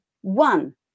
one